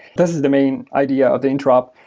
this is the main idea of the interop.